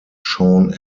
sean